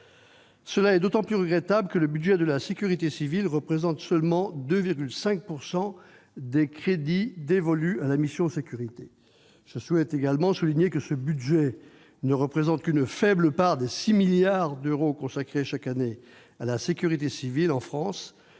C'est d'autant plus regrettable que le budget de la sécurité civile représente seulement 2,5 % des crédits dévolus à la mission « Sécurités ». Je souhaite également souligner que ce budget ne représente qu'une faible part des 6 milliards d'euros consacrés chaque année à la sécurité civile en France,